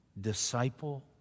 disciple